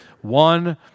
one